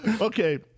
Okay